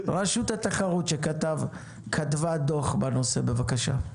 רשות התחרות שכתבה דוח בנושא, בבקשה.